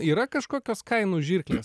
yra kažkokios kainų žirklės